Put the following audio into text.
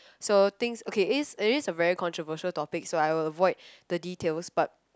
so things okay it is it is a very controversial topic so I will avoid the details but